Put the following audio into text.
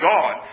God